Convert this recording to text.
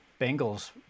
Bengals